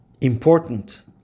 important